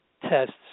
tests